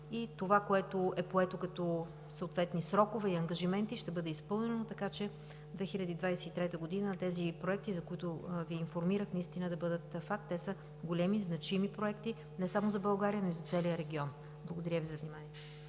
това, което е поето като съответни срокове и ангажименти, ще бъде изпълнено, така че през 2023 г. тези проекти, за които Ви информирах, наистина да бъдат факт. Те са големи, значими проекти не само за България, но и за целия регион. Благодаря Ви.